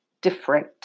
different